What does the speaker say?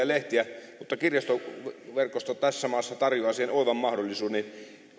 lehtiä joita haluaisi mutta kirjastoverkosto tässä maassa tarjoaa siihen oivan mahdollisuuden